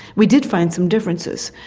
we did find some differences.